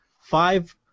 Five